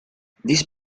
this